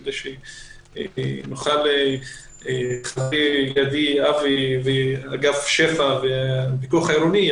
כדי שנוכל באמצעות אבי טייר ואגף שפ"ע והפיקוח העירוני,